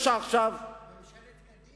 ממשלת קדימה.